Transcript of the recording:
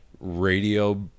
radio